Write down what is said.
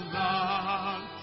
love